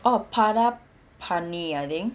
orh palak paneer I think